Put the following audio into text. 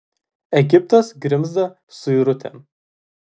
egiptas grimzta suirutėn